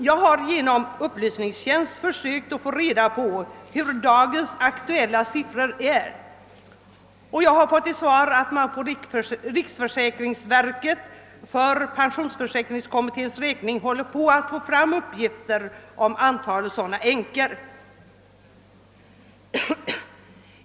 Jag har genom riksdagens upplysningstjänst försökt att få reda på hur dagens aktuella siffror är, och jag har fått till svar att man på riksförsäkringsverket för pensionsförsäkringskommitténs räkning håller på att få fram uppgifter om antalet sådana änkor.